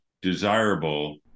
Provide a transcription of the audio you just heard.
desirable